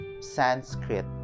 sanskrit